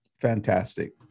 Fantastic